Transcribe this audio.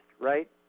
right